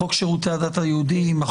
לחוק שירותי הדת היהודיים?